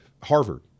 Harvard